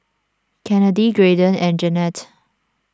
Kennedy Graydon and Jannette